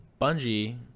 Bungie